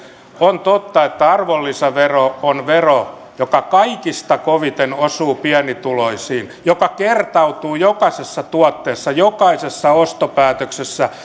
on totta että arvonlisävero on vero joka kaikista koviten osuu pienituloisiin joka kertautuu jokaisessa tuotteessa jokaisessa ostopäätöksessä